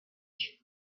age